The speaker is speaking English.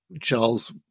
Charles